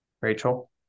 Rachel